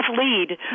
lead